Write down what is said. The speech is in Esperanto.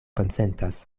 konsentas